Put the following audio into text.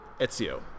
Ezio